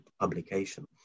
publication